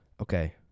Okay